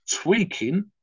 tweaking